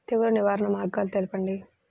తెగులు నివారణ మార్గాలు తెలపండి?